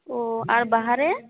ᱚᱻ ᱟᱨ ᱵᱟᱦᱟᱨᱮ